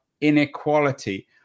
inequality